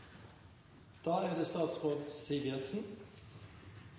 Da er det